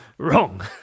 Wrong